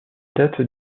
date